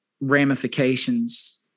ramifications